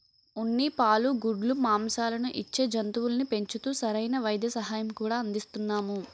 ఉన్ని, పాలు, గుడ్లు, మాంససాలను ఇచ్చే జంతువుల్ని పెంచుతూ సరైన వైద్య సహాయం కూడా అందిస్తున్నాము